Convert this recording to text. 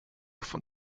von